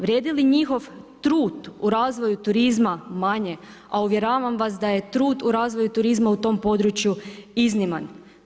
Vrijedi li njihov trud u razvoju turizma manje, a uvjeravam vas da je trud u razvoju turizma u tom području izniman.